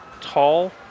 tall